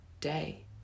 day